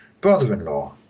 brother-in-law